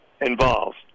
involved